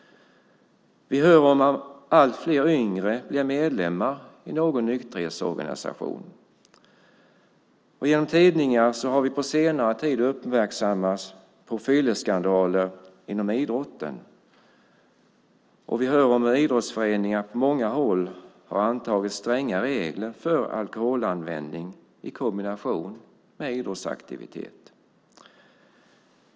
Vi hör om hur allt fler yngre blir medlemmar i någon nykterhetsorganisation. Genom tidningar har vi på senare tid uppmärksammats på fylleskandaler inom idrotten, och vi hör hur idrottsföreningar på många håll har antagit stränga regler för alkoholanvändning i kombination med idrottsaktivitet.